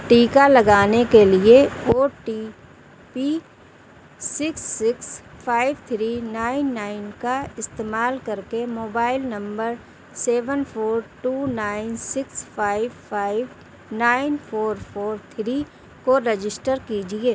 ٹیکا لگانے کے لیے O T P six six five three nine nine کا استعمال کر کے mobile number seven four two nine six five five nine four four three کو رجسٹر کیجیے